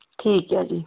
ਠੀਕ ਹੈ ਜੀ